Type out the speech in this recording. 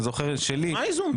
אני זוכר שאת שלי --- מה האיזון פה?